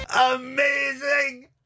Amazing